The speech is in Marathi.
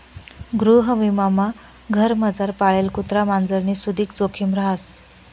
गृहविमामा घरमझार पाळेल कुत्रा मांजरनी सुदीक जोखिम रहास